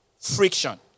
friction